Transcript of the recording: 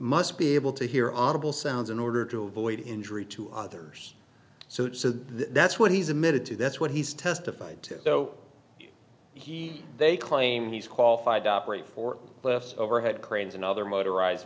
must be able to hear audible sounds in order to avoid injury to others so it so that's what he's admitted to that's what he's testified to so he they claim he's qualified to operate for less overhead cranes and other motorized